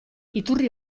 iturri